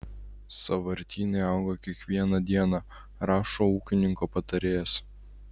sąvartynai auga kiekvieną dieną rašo ūkininko patarėjas